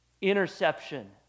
Interception